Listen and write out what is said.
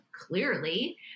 Clearly